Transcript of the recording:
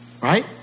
Right